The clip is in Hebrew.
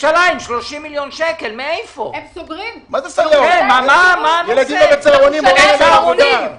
אתם לא יכולים להוציא קול קורא ולהגיד להם אין.